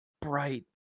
bright